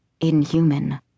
inhuman